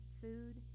food